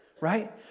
right